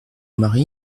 mari